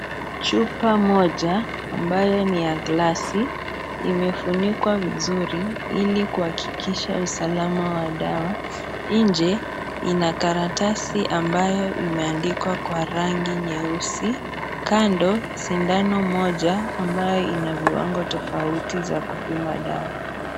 Chupa moja ambayo ni ya glasi imefunikwa vizuri ili kuhakikisha usalama wa dawa. Nje ina karatasi ambayo imeandikwa kwa rangi nyeusi. Kando sindano moja ambayo ina viwango tofauti za kupima dawa.